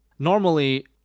Normally